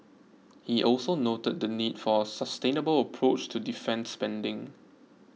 he also noted the need for a sustainable approach to defence spending